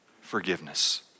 forgiveness